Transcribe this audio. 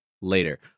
later